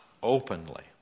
openly